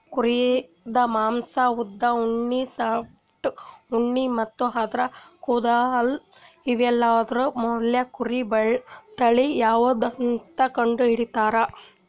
ಕುರಿದ್ ಮಾಂಸಾ ಉದ್ದ್ ಉಣ್ಣಿ ಸಾಫ್ಟ್ ಉಣ್ಣಿ ಮತ್ತ್ ಆದ್ರ ಕೂದಲ್ ಇವೆಲ್ಲಾದ್ರ್ ಮ್ಯಾಲ್ ಕುರಿ ತಳಿ ಯಾವದಂತ್ ಕಂಡಹಿಡಿತರ್